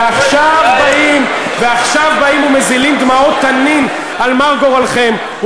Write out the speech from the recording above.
ועכשיו באים ומזילים דמעות תנין על מר גורלכם.